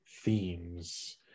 themes